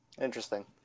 Interesting